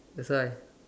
that's why